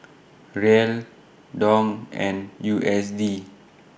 Riel Dong and U S D